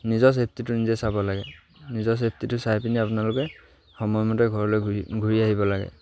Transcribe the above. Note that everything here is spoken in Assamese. নিজৰ চেফটিটো নিজে চাব লাগে নিজৰ চেফটিটো চাই পিনি আপোনালোকে সময়মতে ঘৰলৈ ঘূৰি ঘূৰি আহিব লাগে